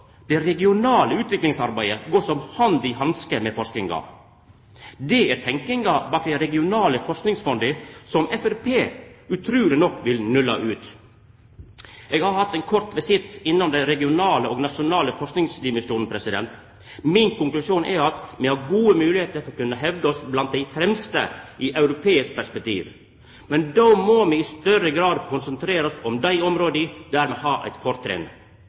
det regionale utviklingsarbeidet gå hand i hand med forskinga. Det er tenkinga bak dei regionale forskingsfonda, som Framstegspartiet utruleg nok vil nulla ut. Eg har hatt ein kort visitt innom den regionale og nasjonale forskingdimensjonen. Min konklusjon er at me har gode moglegheiter for å kunna hevda oss blant dei fremste i europeisk perspektiv, men då må me i større grad konsentrera oss om dei områda der me har eit